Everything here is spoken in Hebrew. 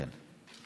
אכן.